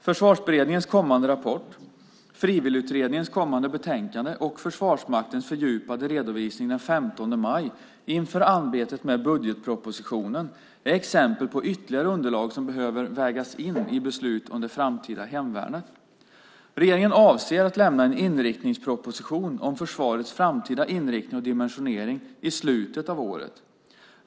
Försvarsberedningens kommande rapport, Frivilligutredningens kommande betänkande och Försvarsmaktens fördjupade redovisning den 15 maj inför arbetet med budgetpropositionen är exempel på ytterligare underlag som behöver vägas in i beslut om det framtida hemvärnet. Regeringen avser att lämna en inriktningsproposition om försvarets framtida inriktning och dimensionering i slutet av året.